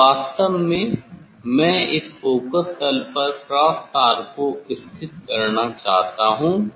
अब वास्तव में मैं इस फोकस तल पर क्रॉस तार को स्थित करना चाहता हूं